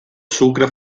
sucre